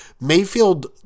Mayfield